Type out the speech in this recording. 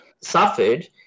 suffered